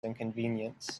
inconvenience